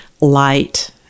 light